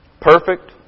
perfect